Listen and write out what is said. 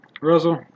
Russell